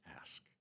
ask